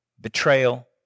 betrayal